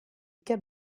cap